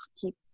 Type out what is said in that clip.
keep